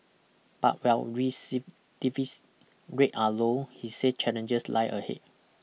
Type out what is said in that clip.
but while recidivism rates are low he said challenges lie ahead